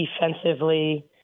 defensively